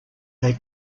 they